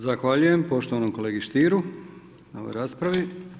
Zahvaljujem poštovanom kolegi Stieru na ovoj raspravi.